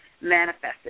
manifested